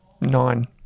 nine